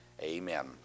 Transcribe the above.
Amen